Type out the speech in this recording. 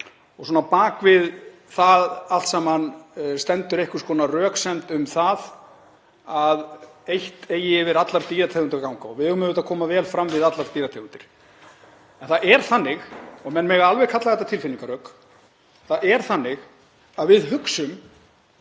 þetta. Á bak við það allt saman stendur einhvers konar röksemd um það að eitt eigi yfir allar dýrategundir ganga og við eigum auðvitað að koma vel fram við allar dýrategundir. En það er þannig, og menn mega alveg kalla þetta tilfinningarök, að við hugsum